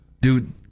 Dude